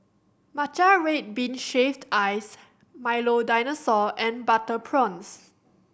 matcha red bean shaved ice Milo Dinosaur and butter prawns